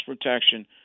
protection